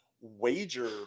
wager